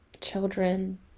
children